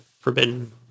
Forbidden